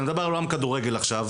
אני מדבר על עולם הכדורגל עכשיו,